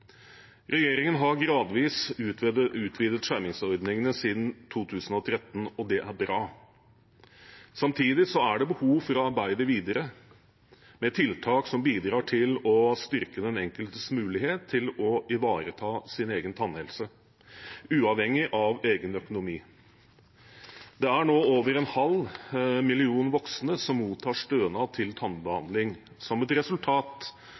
Regjeringen har gradvis utvidet skjermingsordningene siden 2013, og det er bra. Samtidig er det behov for å arbeide videre med tiltak som bidrar til å styrke den enkeltes mulighet til å ivareta sin egen tannhelse, uavhengig av egen økonomi. Det er nå over en halv million voksne som mottar stønad til tannbehandling som et resultat